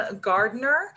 Gardner